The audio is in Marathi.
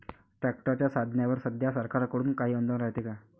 ट्रॅक्टरच्या साधनाईवर सध्या सरकार कडून काही अनुदान रायते का?